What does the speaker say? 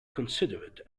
considered